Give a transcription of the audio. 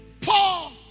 Paul